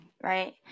Right